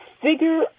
figure